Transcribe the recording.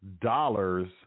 dollars